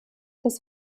das